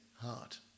heart